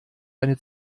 eine